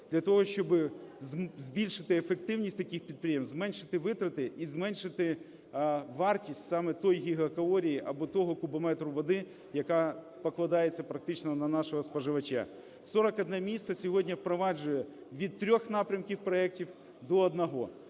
для того, щоби збільшити ефективність таких підприємств, зменшити витрати і зменшити вартість саме тої гігакалорії або того кубометру води, яка покладається практично на нашого споживача. 41 місто сьогодні впроваджує від трьох напрямків проектів до одного.